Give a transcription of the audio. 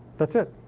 that's it.